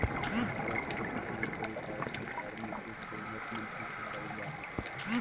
भारत के वित्त मंत्री भारत सरकार में एक कैबिनेट मंत्री के दर्जा होबो हइ